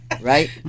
Right